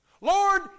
Lord